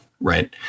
Right